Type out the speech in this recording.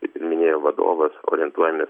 kaip ir minėjo vadovas orientuojami